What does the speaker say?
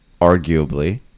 arguably